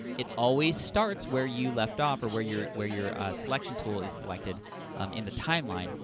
it always starts where you left off or where your where your selection tool is selected in the timeline,